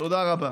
תודה רבה.